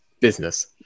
business